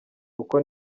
uko